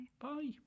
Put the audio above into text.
Bye